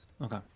Okay